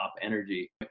energy